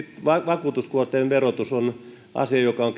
vakuutuskuorten verotus on asia joka on